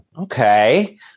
okay